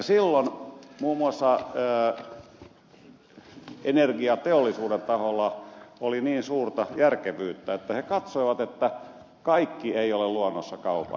silloin muun muassa energiateollisuuden taholla oli niin suurta järkevyyttä että se katsoi että kaikki ei ole luonnossa kaupan